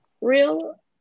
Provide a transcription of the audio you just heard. real